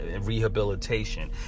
rehabilitation